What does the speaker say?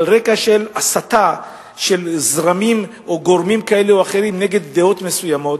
על רקע הסתה של זרמים או גורמים כאלה או אחרים נגד דעות מסוימות,